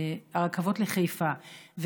הרכבות לחיפה,